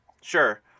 Sure